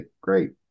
great